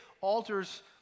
altars